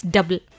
Double